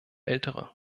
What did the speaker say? ältere